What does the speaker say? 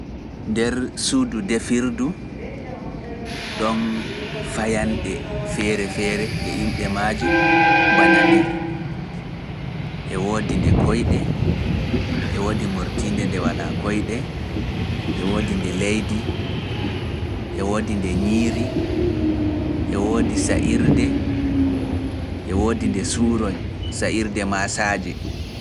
Nder suudu defirdu ɗoon fayanɗe feere feere e inɗe maaje bananii. E woodi nde koyɗe, e woodi murtinde nde walaa koyɗe, e woodi nde leydi, e woodi nde ñiiri, e woodi sa’irde, e woodi nde suuroñ, sa’irde maasaaje.